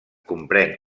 comprèn